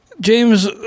James